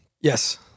Yes